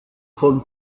von